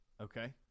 okay